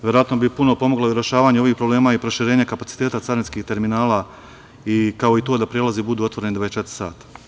Verovatno bi puno pomoglo i rešavanje ovih problema i proširenje kapaciteta carinskih terminala, kao i to da prelazi budu otvoreni 24 sata.